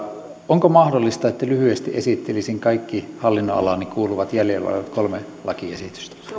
onko mahdollista että lyhyesti esittelisin kaikki hallinnonalaani kuuluvat jäljellä olevat kolme lakiesitystä sopii